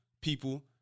people